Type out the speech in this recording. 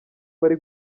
bari